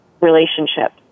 relationship